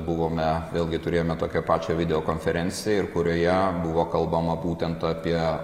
buvome vėlgi turėjome tokią pačią video konferenciją ir kurioje buvo kalbama būtent apie